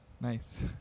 Nice